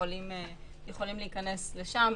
יכולים להיכנס לשם,